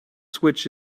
switch